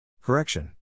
Correction